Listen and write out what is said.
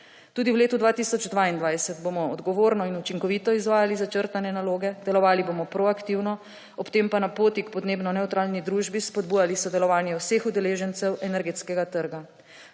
Tudi v letu 2022 bomo odgovorno in učinkovito izvajali začrtane naloge. Delovali bomo proaktivno, ob tem pa na poti k podnebno nevtralni družbi spodbujali sodelovanje vseh udeležencev energetskega trga.